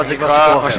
ואז זה כבר סיפור אחר.